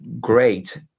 great